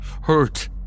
hurt